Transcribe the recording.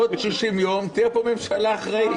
עוד 60 יום תהיה פה ממשלה אחראית.